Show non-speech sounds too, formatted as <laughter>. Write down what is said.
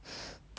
<noise>